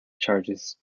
charges